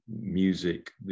music